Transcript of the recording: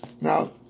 Now